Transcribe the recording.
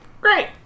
Great